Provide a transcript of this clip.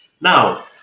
Now